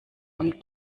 und